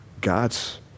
God's